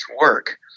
work